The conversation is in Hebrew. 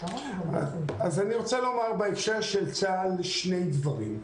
אז אני רוצה לומר בהקשר של צה"ל שני דברים: